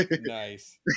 Nice